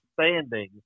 standing